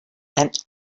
and